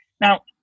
Now